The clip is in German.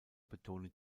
betonen